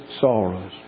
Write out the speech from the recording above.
sorrows